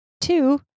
Two